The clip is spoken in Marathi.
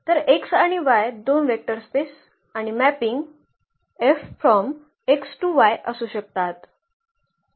तर X आणि Y दोन वेक्टर स्पेस आणि मॅपिंग असू शकतात